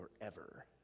forever